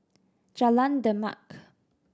Jalan Demak